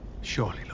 Surely